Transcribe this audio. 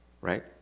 Right